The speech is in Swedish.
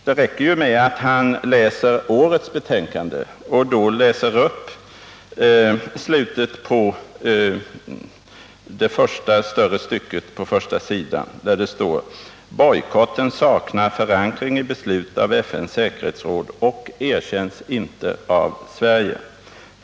Det räcker ju om herr Nilsson läser årets betänkande, där det i slutet på det första större stycket på första sidan står följande: ”Bojkotten saknar förankring i beslut av FN:s säkerhetsråd och erkänns inte av Sverige.